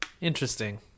Interesting